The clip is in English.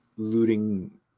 Looting